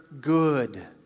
good